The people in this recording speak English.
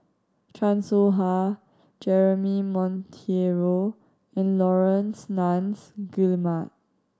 Chan Soh Ha Jeremy Monteiro and Laurence Nunns Guillemard